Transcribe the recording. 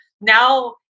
now